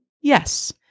Yes